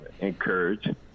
encourage